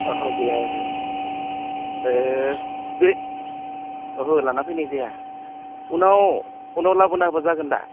ओहो गैया ओहो बे ओहो लाना फैनाय जाया उनाव उनाव लाबोना होब्ला जागोन दा